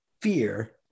fear